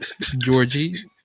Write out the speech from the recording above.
Georgie